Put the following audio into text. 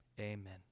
Amen